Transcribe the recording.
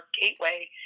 gateway